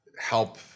help